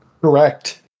Correct